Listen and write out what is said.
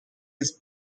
his